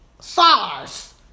SARS